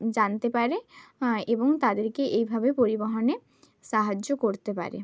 জানতে পারে এবং তাদেরকে এইভাবে পরিবহণে সাহায্য করতে পারে